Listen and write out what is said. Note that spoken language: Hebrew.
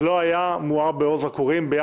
זה לא היה מואר באור זרקורים.